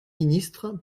ministre